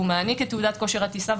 הוא מעניק את תעודת כושר הטיסה,